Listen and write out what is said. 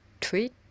tweet